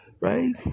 Right